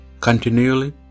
continually